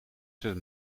zet